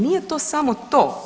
Nije to samo to.